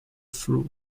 through